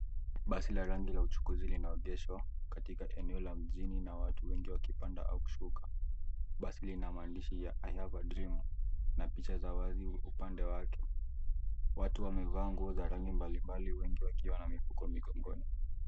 Basi la rangi la uchukuzi linaongeshwa katika eneo la mjini na watu wengi wakipanda au kushuka ,basi lina maandishi ''i have a dream'' na picha za wazi upande wake, watu wamevaa nguo za rangi mbali mbali wengi wakiwa na mifuko mgongoni.